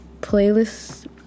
playlist